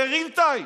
ב-real time.